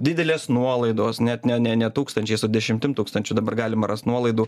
didelės nuolaidos net ne ne ne tūkstančiais o dešimtim tūkstančių dabar galima rast nuolaidų